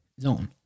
zone